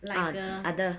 like err